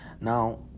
Now